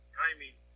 timing